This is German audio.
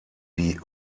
die